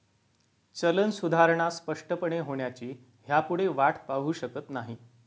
चलन सुधारणा स्पष्टपणे होण्याची ह्यापुढे वाट पाहु शकत नाही